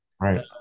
Right